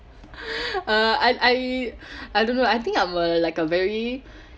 uh I I I don't know lah I think I'm a like a very